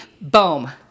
Boom